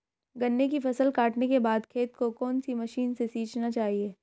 गन्ने की फसल काटने के बाद खेत को कौन सी मशीन से सींचना चाहिये?